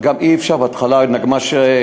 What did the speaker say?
אי-אפשר להתחיל עם נגמ"ש.